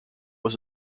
was